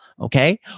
Okay